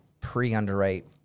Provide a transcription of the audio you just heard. pre-underwrite